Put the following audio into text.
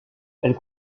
elle